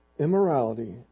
Immorality